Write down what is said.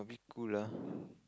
a bit cool lah